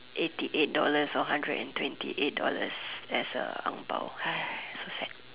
eighty eight dollars or hundred and twenty eight dollars as a ang-bao so sad